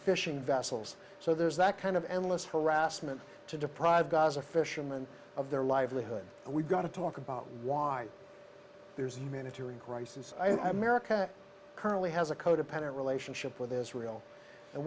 fishing vessels so there's that kind of endless harassment to deprive gaza fisherman of their livelihood we've got to talk about why there's a humanitarian crisis miraca currently has a codependent relationship with israel and